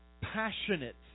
passionate